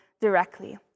directly